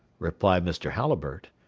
replied mr. halliburtt.